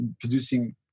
producing